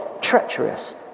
treacherous